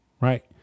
right